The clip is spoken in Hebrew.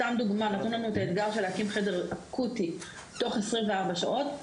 לדוגמה נתנו לנו את האתגר להקים חדר אקוטי תוך 24 שעות,